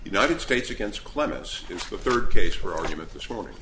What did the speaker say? united states against clemens is the third case for argument this morning